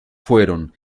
fueron